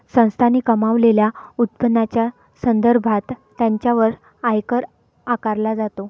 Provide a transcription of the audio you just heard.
संस्थांनी कमावलेल्या उत्पन्नाच्या संदर्भात त्यांच्यावर आयकर आकारला जातो